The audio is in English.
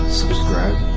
subscribe